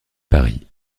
paris